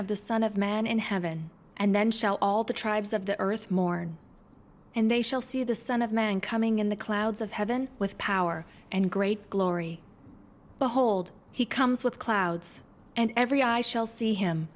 of the son of man in heaven and then shall all the tribes of the earth mourn and they shall see the son of man coming in the clouds of heaven with power and great glory behold he comes with clouds and every eye shall see him